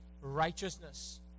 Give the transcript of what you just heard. righteousness